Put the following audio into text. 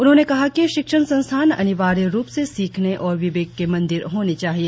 उन्होंने कहा कि शिक्षण संस्थान अनिवार्य रुप से सीखने और विवेक के मंदिर होने चाहिए